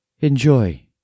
Enjoy